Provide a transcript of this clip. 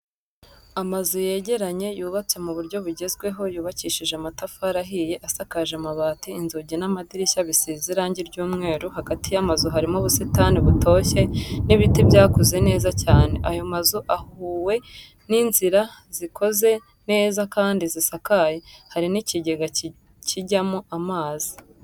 Amazu yegeranye yubatse mu buryo bugezweho yubakishije amtafari ahiye asakaje amabati inzugi n'amadirishya bisize irangi ry'umweru hagati y'amazu harimo ubusitani butoshye n'ibiti byakuze cyane, ayo mazu ahuwe n'inzira zikoze neza kandi zisakaye, hari n'ikigega kijyamo amazi.